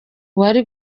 wari